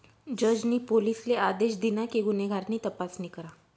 जज नी पोलिसले आदेश दिना कि गुन्हेगार नी तपासणी करा